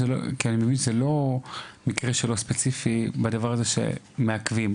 מבין שזה לא המקרה שלו ספציפית בדבר הזה שמעכבים.